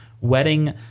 wedding